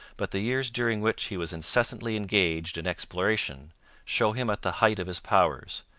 but the years during which he was incessantly engaged in exploration show him at the height of his powers,